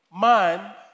man